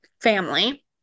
family